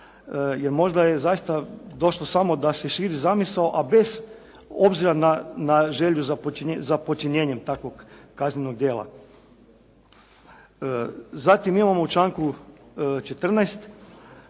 jer možda je zaista došlo samo da se širi zamisao, a bez obzira na želju za počinjenjem takvog kaznenog djela. Zatim imamo u članku 14.,